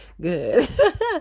good